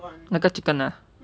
那个 chicken ah